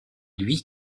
lui